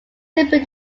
simply